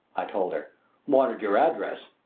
i told her wanted your address.